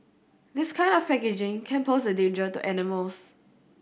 this kind of packaging can pose a danger to animals